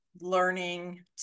learning